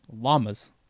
llamas